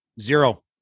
zero